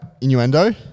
Innuendo